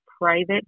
private